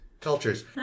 cultures